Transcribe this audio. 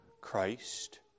Christ